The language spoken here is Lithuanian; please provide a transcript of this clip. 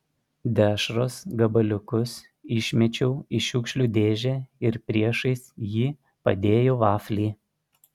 dešros gabaliukus išmečiau į šiukšlių dėžę ir priešais jį padėjau vaflį